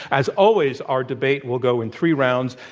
as always, our debate will go in three rounds.